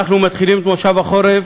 אנחנו מתחילים היום את מושב החורף